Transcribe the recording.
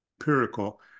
empirical